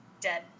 dead